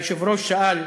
היושב-ראש שאל: